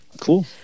cool